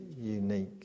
unique